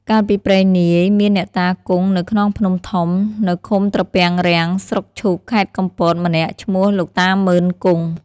កាលពីព្រេងនាយ មានអ្នកតាគង់នៅខ្នងភ្នំធំ នៅឃុំត្រពាំងរាំង ស្រុកឈូក ខេត្តកំពតម្នាក់ ឈ្មោះលោកតាម៉ឺន-គង់។